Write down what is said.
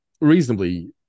reasonably